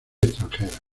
extranjeras